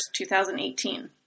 2018